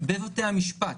בבתי המשפט.